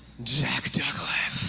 jack douglas.